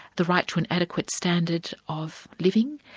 the right to an adequate standard of living,